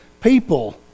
people